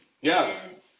Yes